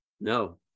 No